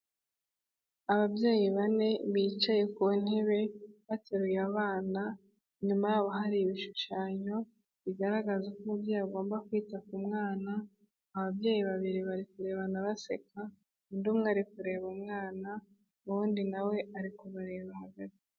Ababyeyi bane bicaye ku ntebe bateruye abana, inyuma hari ibishushanyo bigaragaza uko umubyeyi agomba kwita ku mwana, ababyeyi babiri bari kurebana baseka, undi umwe ari kureba umwana ubundi nawe ari kumureba hagati.